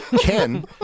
Ken